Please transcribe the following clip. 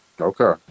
Okay